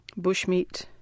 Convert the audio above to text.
bushmeat